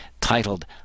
Titled